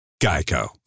Geico